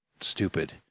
stupid